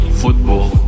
football